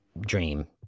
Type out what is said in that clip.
dream